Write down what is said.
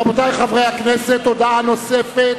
רבותי חברי הכנסת, הודעה נוספת: